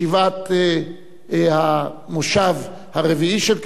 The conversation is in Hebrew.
ישיבת המושב הרביעי של